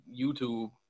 YouTube